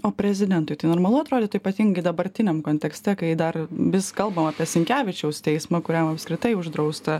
o prezidentui tai normalu atrodytų ypatingai dabartiniam kontekste kai dar vis kalbam apie sinkevičiaus teismą kuriam apskritai uždrausta